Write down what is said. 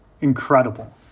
Incredible